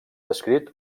descrit